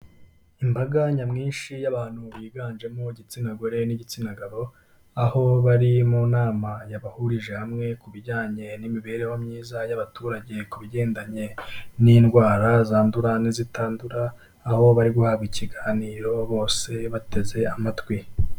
Imbaga nyamwinshi y'abantu biganjemo igitsina gore n'igitsina gabo, aho bari mu nama yabahurije hamwe ku bijyanye n'imibereho myiza y'abaturage ku bigendanye n'indwara zandurae zitandura, aho bari guhabwa ikiganiro bose bateze amatwi.